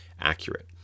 accurate